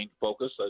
focus